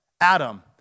Adam